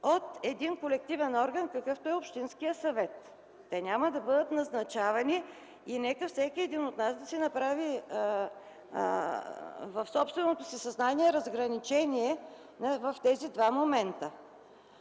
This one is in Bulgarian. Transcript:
от един колективен орган, какъвто е общинският съвет. Те няма да бъдат назначавани и нека всеки един от нас да си направи в собственото съзнание разграничение в тези два момента.